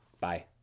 Bye